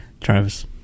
Travis